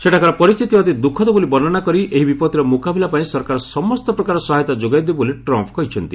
ସେଠାକାର ପରିସ୍ଥିତି ଅତି ଦୁଃଖଦ ବୋଲି ବର୍ଷନା କରି ଏହି ବିପତ୍ତିର ମୁକାବିଲା ପାଇଁ ସରକାର ସମସ୍ତ ପ୍ରକାର ସହାୟତା ଯୋଗାଇ ଦେବେ ବୋଲି ଟ୍ରମ୍ପ୍ କହିଛନ୍ତି